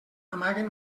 amaguen